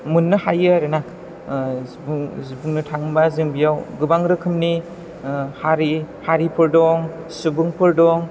मोननो हायो आरो ना बुं बुंनो थाङोबा जों बेयाव गोबां रोखोमनि हारि हारिफोर दं सुबुंफोर दं